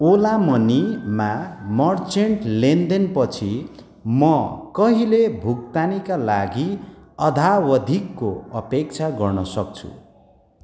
ओला मनीमा मर्चेन्ट लेनदेन पछि म कहिले भुक्तानीका लागि अद्यावधिकको अपेक्षा गर्न सक्छु